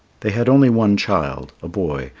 they had only one child, a boy,